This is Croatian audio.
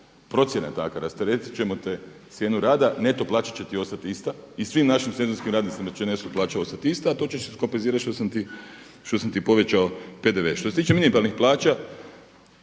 procjena takva. Rasteretit ćemo te cijenu rada, neto plaća će ti ostati ista i svim našim sezonskim radnicima će neto plaća ostati ista, a to će se iskompenzirati što sam ti povećao PDV. Što se tiče minimalnih plaća